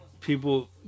people